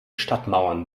stadtmauern